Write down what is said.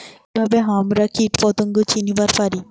কিভাবে হামরা কীটপতঙ্গ চিনিবার পারি?